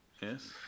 Yes